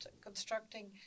constructing